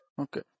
Okay